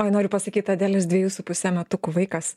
oi noriu pasakyt adelės dvejų su puse metukų vaikas